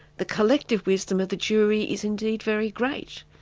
the collective wisdom of the jury is indeed very great.